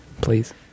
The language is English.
Please